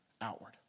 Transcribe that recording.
outward